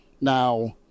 now